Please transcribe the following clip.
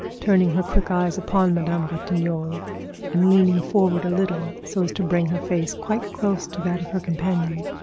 turning her quick eyes upon madame ratignolle and leaning forward a little so as to bring her face quite close to that of her companion,